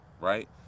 right